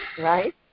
Right